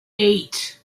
eight